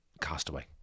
castaway